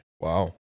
Wow